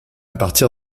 partir